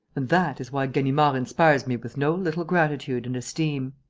and that is why ganimard inspires me with no little gratitude and esteem.